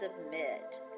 submit